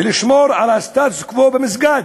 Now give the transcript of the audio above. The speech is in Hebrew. ולשמור על הסטטוס-קוו במסגד.